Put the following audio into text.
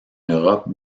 europe